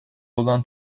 olan